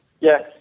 yes